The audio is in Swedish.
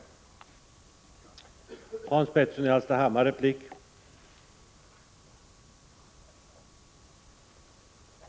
Deltagandet i samhället ökar då också.